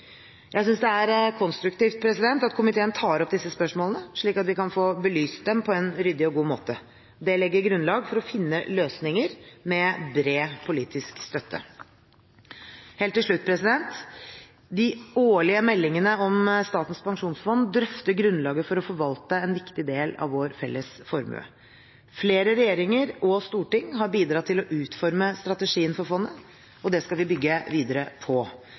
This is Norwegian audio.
Jeg synes det er konstruktivt at komiteen tar opp disse spørsmålene, slik at vi kan få belyst dem på en ryddig og god måte. Det legger grunnlag for å finne løsninger med bred politisk støtte. Helt til slutt: De årlige meldingene om Statens pensjonsfond drøfter grunnlaget for å forvalte en viktig del av vår felles formue. Flere regjeringer og storting har bidratt til å utforme strategien for fondet, og det skal vi bygge videre på.